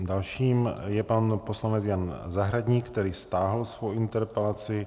Dalším je poslanec Jan Zahradník, který stáhl svou interpelaci.